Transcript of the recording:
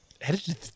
Edited